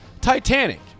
Titanic